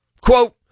Quote